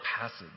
passage